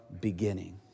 beginning